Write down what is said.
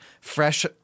fresh